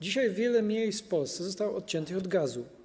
Dzisiaj wiele miejsc w Polsce zostało odciętych od gazu.